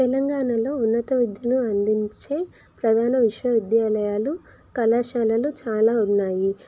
తెలంగాణలో ఉన్నత విద్యను అందించే ప్రధాన విశ్వవిద్యాలయాలు కళాశాలలు చాలా ఉన్నాయి